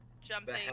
jumping